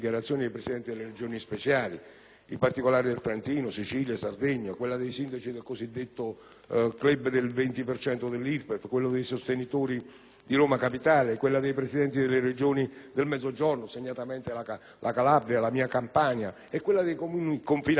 in particolare del Trentino, della Sicilia e della Sardegna, quelle dei sindaci del cosiddetto club del 20 per cento dell'IRPEF, quelle dei sostenitori di Roma capitale, quelle dei Presidenti delle Regioni del Mezzogiorno (segnatamente, la Calabria e la mia Campania) e quelle dei Comuni confinanti con le Regioni speciali.